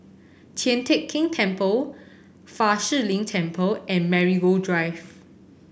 Tian Teck Keng Temple Fa Shi Lin Temple and Marigold Drive